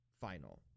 final